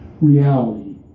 reality